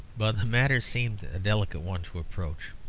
but the matter seemed a delicate one to approach.